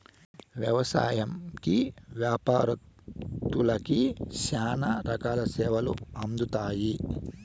వ్యవసాయంకి యాపారత్తులకి శ్యానా రకాల సేవలు అందుతాయి